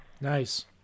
Nice